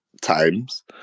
times